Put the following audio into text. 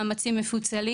מקנא.